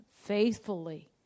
faithfully